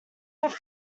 have